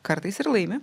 kartais ir laimi